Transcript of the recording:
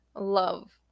love